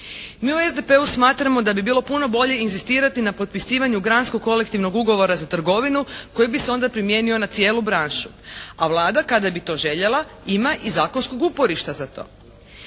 Mi u SDP-u smatramo da bi bilo puno bolje inzistirati na potpisivanju …/Govornik se ne razumije./… kolektivnog ugovora za trgovinu koji bi se onda primijenio na cijelu branšu, a Vlada kada bi to željela ima i zakonskog uporišta za to.